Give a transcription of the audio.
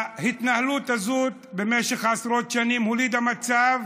ההתנהלות הזאת במשך עשרות שנים הולידה מצב